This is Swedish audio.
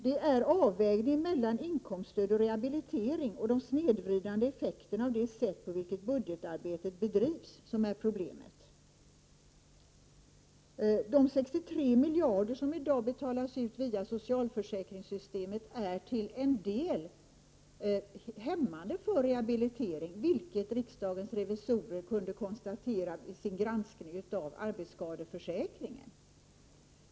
Det är avvägningen mellan inkomststöd och rehabilitering och de snedvridande effekterna av det sätt på vilket budgetarbetet bedrivs som är problemet. De 63 miljarder som i dag betalas ut via socialförsäkringssystemet är till en del hämmande för rehabiliteringen, vilket riksdagens revisorer kunde konstatera vid sin granskning av arbetsskadeförsäkringen.